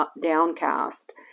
downcast